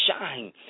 shine